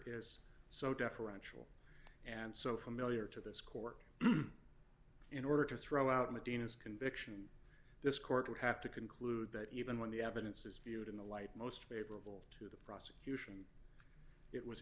is so deferential and so familiar to this court in order to throw out medina's conviction this court would have to conclude that even when the evidence is viewed in the light most favorable prosecution it was